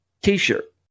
T-shirt